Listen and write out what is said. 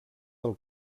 del